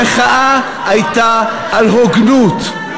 המחאה הייתה על הוגנות,